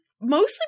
mostly